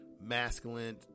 masculine